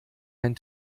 ein